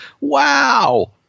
Wow